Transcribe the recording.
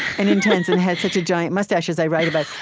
and intense, and had such a giant mustache, as i write about.